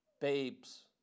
babes